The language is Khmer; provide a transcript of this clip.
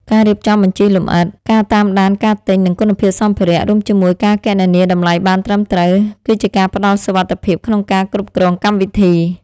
ការរៀបចំបញ្ជីលម្អិត ការតាមដានការទិញ និងគុណភាពសំភារៈ រួមជាមួយការគណនាតម្លៃបានត្រឹមត្រូវ គឺជាការផ្ដល់សុវត្ថិភាពក្នុងការគ្រប់គ្រងកម្មវិធី។